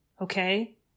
Okay